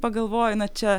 pagalvoji na čia